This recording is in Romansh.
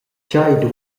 tgei